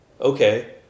okay